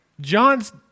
John's